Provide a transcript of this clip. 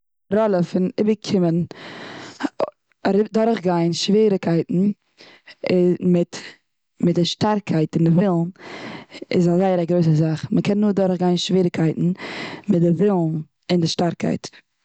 ראלע פון איבערקומען, אדורך גיין שוועריקייטן אי- מיט די שטארקייט און די ווילן איז זייער א גרויסע זאך. און מ'קען נאר אדורך גיין שוועריקייטן מיט די ווילן און די שטארקייט.